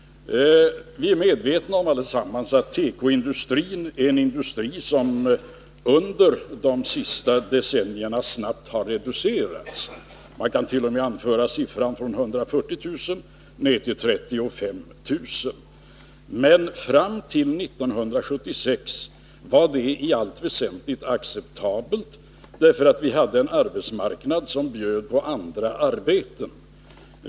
Vi är allesammans medvetna om att tekoindustrin är en industri som under de senaste decennierna snabbt reducerats. Man kan t.o.m. anföra sifferutvecklingen från 140 000 till 35 000. Men fram till 1976 var detta i allt väsentligt acceptabelt, därför att vi hade en arbetsmarknad som bjöd på andra arbeten.